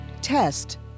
Test